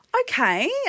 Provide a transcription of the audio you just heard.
Okay